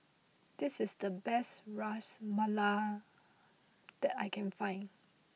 this is the best Ras Malai that I can find